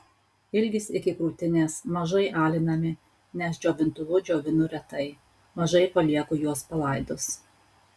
ilgis iki krūtinės mažai alinami nes džiovintuvu džiovinu retai mažai palieku juos palaidus